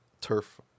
turf